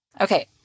Okay